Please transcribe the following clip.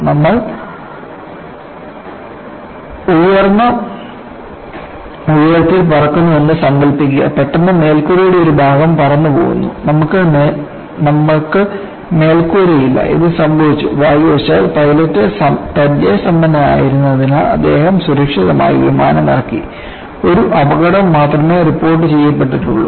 നമ്മൾ ഉയർന്ന ഉയരത്തിൽ പറക്കുന്നുവെന്ന് സങ്കൽപ്പിക്കുക പെട്ടെന്ന് മേൽക്കൂരയുടെ ഒരു ഭാഗം പറന്നുപോകുന്നു നമ്മൾ മേൽക്കൂരയില്ല ഇത് സംഭവിച്ചു ഭാഗ്യവശാൽ പൈലറ്റ് പരിചയസമ്പന്നനായതിനാൽ അദ്ദേഹം സുരക്ഷിതമായി വിമാനം ഇറക്കി ഒരു അപകടം മാത്രമേ റിപ്പോർട്ട് ചെയ്യപ്പെട്ടിട്ടുള്ളൂ